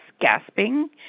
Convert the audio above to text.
gasping